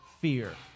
fear